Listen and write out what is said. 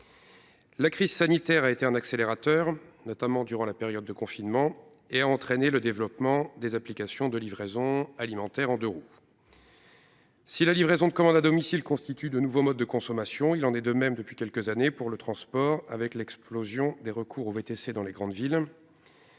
La crise sanitaire a été un accélérateur, notamment durant les périodes de confinement. Elle a entraîné le développement des applications de livraison alimentaire en deux-roues. La livraison de commandes à domicile constitue un nouveau mode de consommation. Il en est de même pour le transport, avec l'explosion du recours aux VTC dans les grandes villes.